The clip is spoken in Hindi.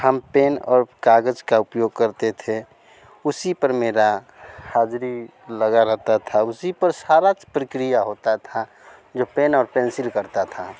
हम पेन और काग़ज़ का उपयोग करते थे उसी पर मेरी हाज़री लगी रहती थी उसी पर सारी प्रक्रिया होती थी जो पेन और पेंसिल करते थे